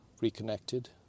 reconnected